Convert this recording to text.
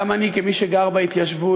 גם אני, כמי שגר בהתיישבות,